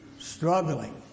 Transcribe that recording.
struggling